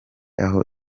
aho